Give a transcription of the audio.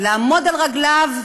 לעמוד על רגליו,